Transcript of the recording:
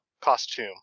costume